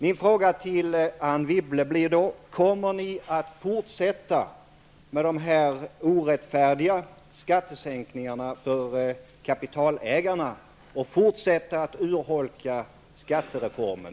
Min fråga till Anne Wibble blir således: Kommer ni att fortsätta med dessa orättfärdiga skattesänkningar för kapitalägarna och fortsätta att urholka skattereformen?